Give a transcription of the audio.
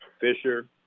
Fisher